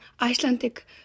Icelandic